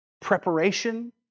preparation